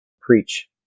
preach